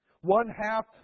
One-half